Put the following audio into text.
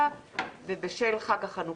בשעה 16:00. בשל חג החנוכה,